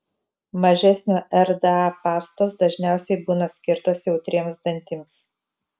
mažesnio rda pastos dažniausiai būna skirtos jautriems dantims